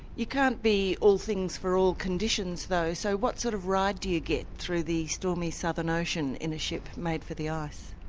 you can't be all things for all conditions though, so what sort of ride do you get through the stormy southern ocean in a ship made for the ice?